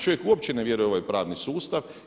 Čovjek uopće ne vjeruje u ovaj pravni sustav.